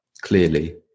clearly